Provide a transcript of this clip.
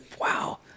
Wow